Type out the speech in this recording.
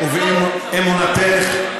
ולא להעביר ביקורת על אף אחד.